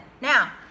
now